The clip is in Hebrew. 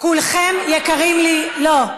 כולכם יקרים לי, שהחברים שלכם, לא.